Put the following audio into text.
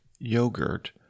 Yogurt